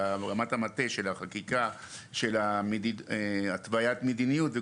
של החקיקה והתווית מדיניות,